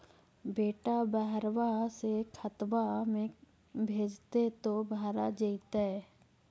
बेटा बहरबा से खतबा में भेजते तो भरा जैतय?